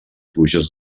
pluges